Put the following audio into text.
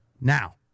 Now